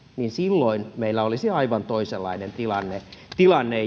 niin silloin meillä olisi aivan toisenlainen tilanne tilanne